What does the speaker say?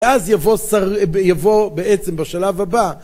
ואז יבוא בעצם בשלב הבא.